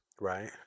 right